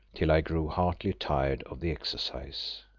till i grew heartily tired of the exercise.